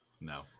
No